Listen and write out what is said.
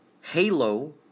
Halo